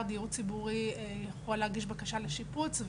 של דיור ציבורי יכול להגיש בקשה של שיפוץ,